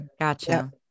Gotcha